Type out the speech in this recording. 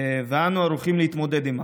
ואנו ערוכים להתמודד עימה.